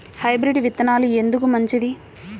Hybrid విత్తనాలు ఎందుకు మంచిది?